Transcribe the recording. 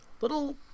little